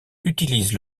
utilise